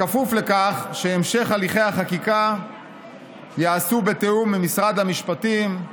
כפוף לכך שהמשך הליכי החקיקה ייעשה בתיאום עם משרד המשפטים,